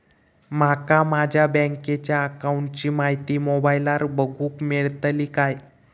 माका माझ्या बँकेच्या अकाऊंटची माहिती मोबाईलार बगुक मेळतली काय?